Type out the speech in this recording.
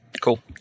Cool